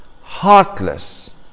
heartless